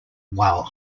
while